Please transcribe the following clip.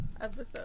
episode